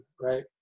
right